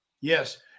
Yes